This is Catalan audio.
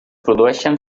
produeixen